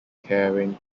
caring